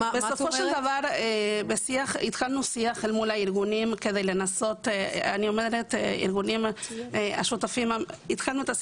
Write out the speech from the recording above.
בסופו של דבר התחלנו שיח עם ארגוני העובדים